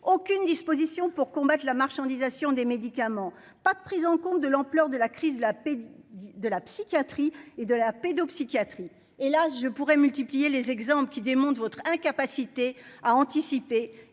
aucune disposition pour combattre la marchandisation des médicaments, pas de prise en compte de l'ampleur de la crise de la de la psychiatrie et de la pédopsychiatrie et là je pourrais multiplier les exemples qui démontre votre incapacité à anticiper